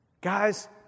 Guys